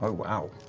ah wow.